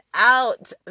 out